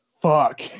Fuck